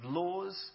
laws